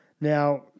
Now